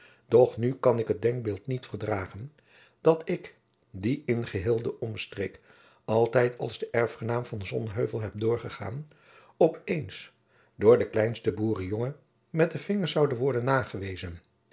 doch nu kan ik het denkbeeld niet verdragen dat ik die in geheel de omstreek altijd als de erfgenaam van sonheuvel heb doorgegaan op eens door den kleinsten boerenjongen met den vinger zoude worden nagewezen